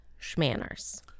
schmanners